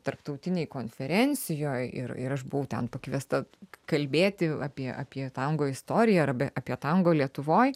tarptautinėj konferencijoj ir ir aš buvau ten pakviesta kalbėti apie apie tango istoriją ir apie apie tango lietuvoj